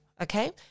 okay